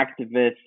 activists